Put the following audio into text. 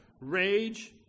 rage